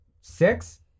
Six